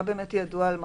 מה ידוע על מחלימים?